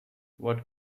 what